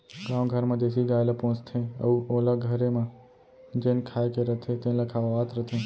गाँव घर म देसी गाय ल पोसथें अउ ओला घरे म जेन खाए के रथे तेन ल खवावत रथें